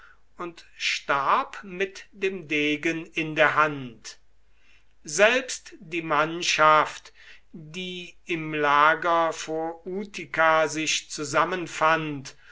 und starb mit dem degen in der hand selbst die mannschaft die im lager vor utica sich zusammenfand